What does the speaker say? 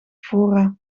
fora